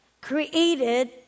created